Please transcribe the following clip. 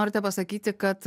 norite pasakyti kad